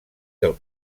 del